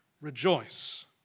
rejoice